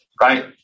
right